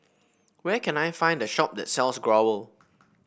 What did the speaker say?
where can I find the shop that sells Growell